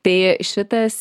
tai šitas